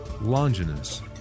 Longinus